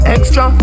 Extra